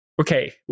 okay